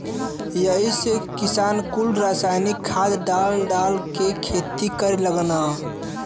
यही से किसान कुल रासायनिक खाद डाल डाल के खेती करे लगलन